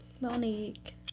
Monique